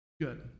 Good